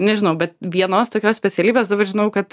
nežinau bet vienos tokios specialybės dabar žinau kad